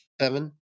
seven